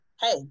hey